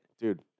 Dude